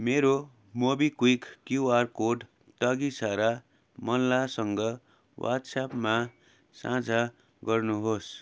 मेरो MobiKwik QR code तगिसारा मल्लासँग वाट्सएपमा साझा गर्नुहोस्